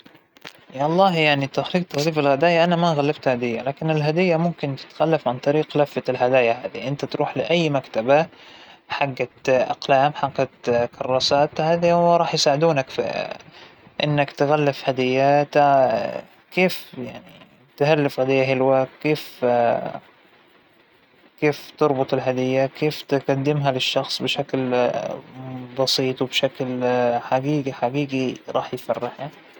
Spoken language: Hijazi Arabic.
بنجيب ورق لف الهدايا، وا والشريطة منشان نربط بيها بالنهاية، بنقصقص ورق الهدايا على حجم الهدية، ونبدأ نغلفها وبنلزقه بشريط لاصق، بالأخير بنربط الشريطة بطريقة جمالية عليها، ونوضع كارت عليه إسم المرسل والعنوان.